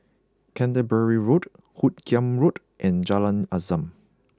Canterbury Road Hoot Kiam Road and Jalan Azam